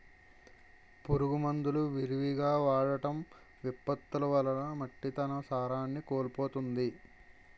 పురుగు మందులు విరివిగా వాడటం, విపత్తులు వలన మట్టి తన సారాన్ని కోల్పోతుంది